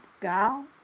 gal